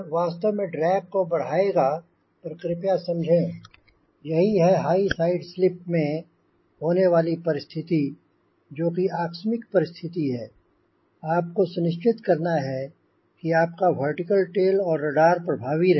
यह वास्तव में ड्रैग को बढ़ाएगा पर कृपया समझें यही है हाई साइड स्लिप में होने वाली परिस्थिति जोकि आकस्मिक परिस्थिति है आपको सुनिश्चित करना है कि आपका वर्टिकल टेल और रडर प्रभावी रहे